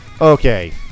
Okay